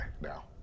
now